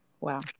Wow